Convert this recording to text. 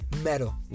Metal